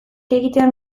egitean